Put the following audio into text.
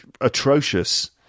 atrocious